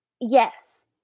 Yes